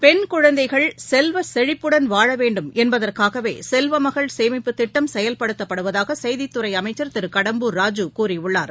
pen குழந்தைகள் செல்வ செழிப்புடன் வாழ வேண்டும் என்பதற்காகவே செல்வமகள் சேமிப்புத் திட்டம் செயல்படுத்தப்படுவதாக செய்தித்துறை அமைச்சர் திரு கடம்பூர் ராஜு கூறியுள்ளார்